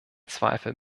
zweifel